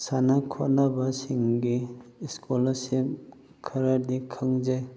ꯁꯥꯟꯅ ꯈꯣꯠꯅꯕꯁꯤꯡꯒꯤ ꯏꯁꯀꯣꯂꯥꯔꯁꯤꯞ ꯈꯔꯗꯤ ꯈꯪꯖꯩ